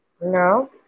No